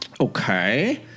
Okay